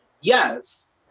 Yes